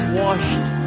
washed